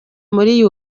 muri